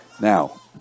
Now